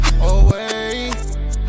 away